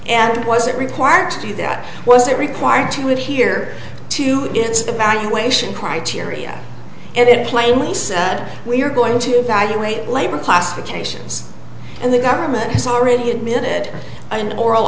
and was it required to do that was it required to have here to its evacuation criteria and it plainly said we're going to valuate labor classifications and the government has already admitted in an oral